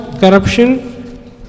corruption